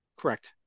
Correct